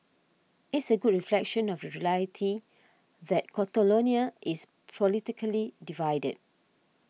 it's a good reflection of the reality that Catalonia is politically divided